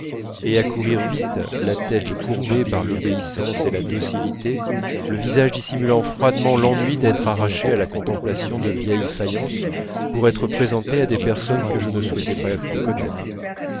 et accourir vite la tête courbée par l'obéissance et la docilité le visage dissimulant froidement l'ennui d'être arraché à la contemplation de vieilles faïences pour être présenté à des personnes que je ne souhaitais pas de connaître